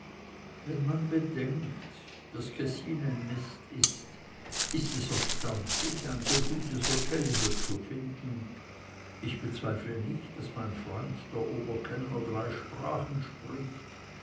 wenn man bedenkt daß kessin ein nest ist ist es erstaunlich ein so gutes hotel hier zu finden ich bezweifle nicht daß mein freund der oberkellner drei sprachen spricht